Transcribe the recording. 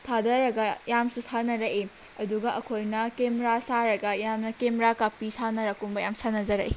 ꯊꯥꯊꯔꯒ ꯌꯥꯝꯅꯁꯨ ꯁꯥꯟꯅꯔꯛꯏ ꯑꯗꯨꯒ ꯑꯩꯈꯣꯏꯅ ꯀꯦꯃꯦꯔꯥ ꯁꯥꯔꯒ ꯌꯥꯝꯅ ꯀꯦꯃꯦꯔꯥ ꯀꯥꯞꯄꯤ ꯁꯥꯟꯅꯔꯛ ꯀꯨꯝꯕ ꯌꯥꯝ ꯁꯥꯟꯅꯖꯔꯛꯏ